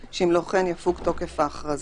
2(א) בטל.